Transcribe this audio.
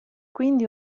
quindi